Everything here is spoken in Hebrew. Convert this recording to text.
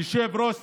יושב-ראש